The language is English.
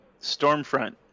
Stormfront